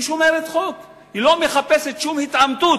היא לא מחפשת שום התעמתות,